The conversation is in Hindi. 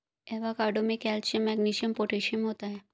एवोकाडो में कैल्शियम मैग्नीशियम पोटेशियम होता है